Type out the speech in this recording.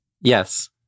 Yes